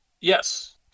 Yes